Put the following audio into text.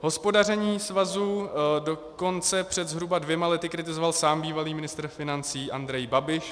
Hospodaření svazu dokonce před zhruba dvěma lety kritizoval sám bývalý ministr financí Andrej Babiš.